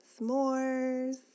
s'mores